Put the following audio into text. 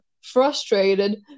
Frustrated